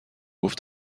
گفت